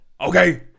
Okay